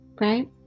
right